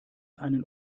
einen